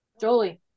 Jolie